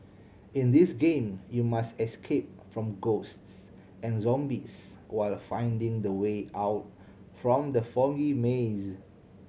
in this game you must escape from ghosts and zombies while finding the way out from the foggy maze